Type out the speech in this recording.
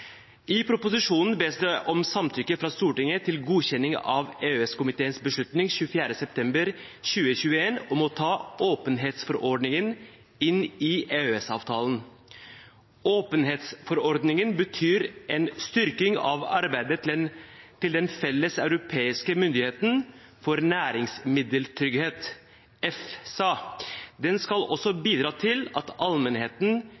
I proposisjonen bes det om samtykke fra Stortinget til godkjenning av EØS-komiteens beslutning av 24. september 2021 om å ta åpenhetsforordningen inn i EØS-avtalen. Åpenhetsforordningen betyr en styrking av arbeidet til Den europeiske myndighet for næringsmiddeltrygghet, EFSA. Den skal også bidra til at allmennheten